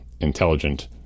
intelligent